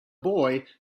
boy